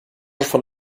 von